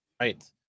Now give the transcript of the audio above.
Right